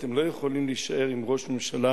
אתם לא יכולים להישאר עם ראש הממשלה,